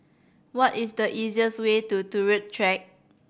what is the easiest way to Turut Track